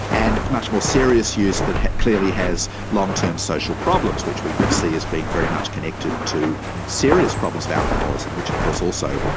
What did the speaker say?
and much more serious use that clearly has long-term social problems, which we could see as being very much connected to serious problems of alcoholism, which of course also,